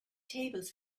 tables